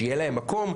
שיהיה להם מקום,